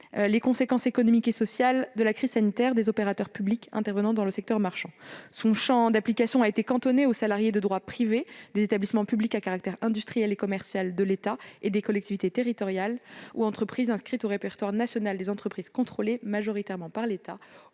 les conséquences économiques et sociales de la crise sanitaire des opérateurs publics intervenant dans le secteur marchand. Son champ d'application a été cantonné aux salariés de droit privé des établissements publics à caractère industriel et commercial de l'État et des collectivités territoriales, aux entreprises inscrites au répertoire national des entreprises contrôlées majoritairement par l'État,